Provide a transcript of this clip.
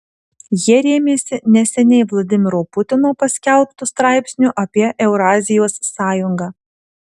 jie rėmėsi neseniai vladimiro putino paskelbtu straipsniu apie eurazijos sąjungą